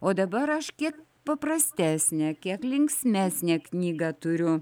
o dabar aš kiek paprastesnę kiek linksmesnę knygą turiu